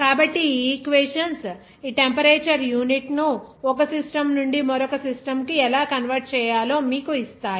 కాబట్టి ఈ ఈక్వేషన్స్ ఈ టెంపరేచర్ యూనిట్ను ఒక సిస్టమ్ నుండి మరొక సిస్టమ్ కు ఎలా కన్వర్ట్ చేయాలో మీకు ఇస్తాయి